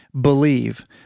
believe